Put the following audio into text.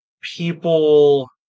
people